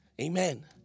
amen